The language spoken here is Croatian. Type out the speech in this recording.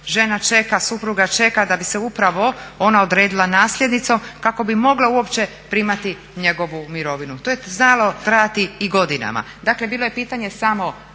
žena čeka, supruga čeka da bi se upravo ona odredila nasljednicom kako bi mogla uopće primati njegovu mirovinu. To je znalo trajati i godinama. Dakle, bilo je pitanje samo